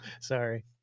sorry